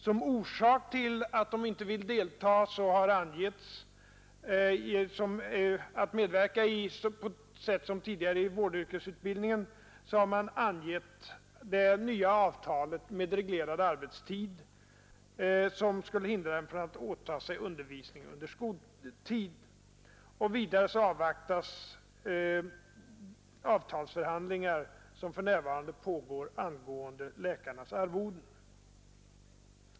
Som orsak till att de inte vill delta i denna vårdyrkesutbildning på det sätt som tidigare skett har angetts att det nya avtalet om reglerad arbetstid skulle hindra dem från att åta sig undervisning under skoltid. Vidare avvaktas avtalsförhandlingar som för närvarande pågår angående läkarnas arvoden.